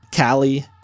Callie